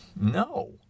No